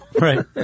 Right